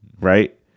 right